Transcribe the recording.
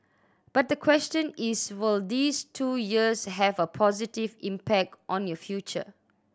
but the question is will these two years have a positive impact on your future